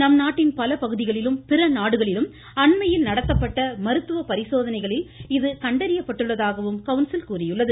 நம்நாட்டின் பலபகுதிகளிலும் பிறநாடுகளிலும் அண்மையில் நடத்தப்பட்ட மருத்துவ பரிசோதனைகளில் இது கண்டறியப்பட்டுள்ளதாகவும் இக்கவுன்சில் கூறியுள்ளது